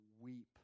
weep